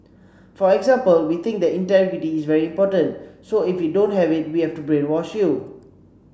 for example we think that integrity is very important so if you don't have it we have to brainwash you